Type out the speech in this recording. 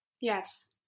yes